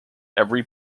every